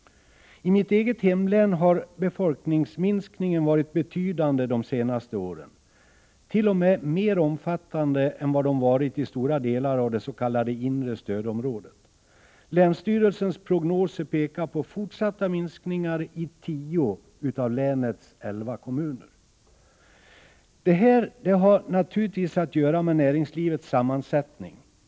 I mitt eget hemlän har befolkningsminskningen varit betydande under de senaste åren, t.o.m. mer omfattande än den varit i stora delar av det s.k. inre stödområdet. Länsstyrelsens prognos pekar på fortsatta minskningar i tio av länets elva kommuner. Detta har naturligtvis att göra med näringslivets sammansättning.